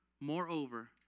Moreover